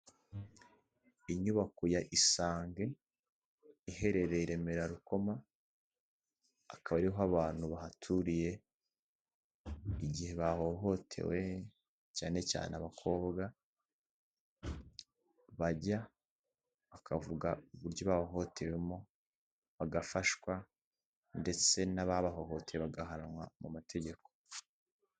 Inyubako ya isange iherere Remera Rukoma akaba ariho abantu bahaturiye, igihe bahohotewe cyane cyane abakobwa bajya bakavuga uburyo bahohotewemo, bagafashwa ndetse n'ababahohoteye bagahanwa mu mategeko.